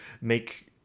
make